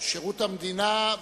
שירות המדינה.